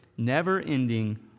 never-ending